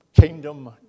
kingdom